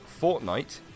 Fortnite